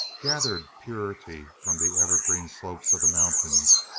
gathered purity from the evergreen slopes of the mountains,